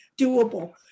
doable